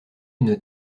une